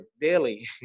daily